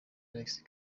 alexis